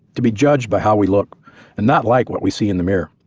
to be judged by how we look and not like what we see in the mirror.